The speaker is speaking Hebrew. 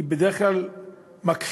בדרך כלל מכחישה